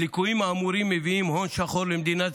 הליקויים האמורים מביאים הון שחור למדינת